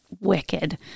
wicked